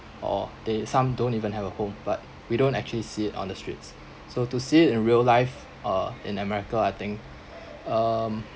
or they some don't even have a home but we don't actually see it on the streets so to see it in real life or in america I think um